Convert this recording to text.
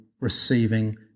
receiving